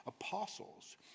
apostles